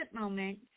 moment